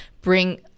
bring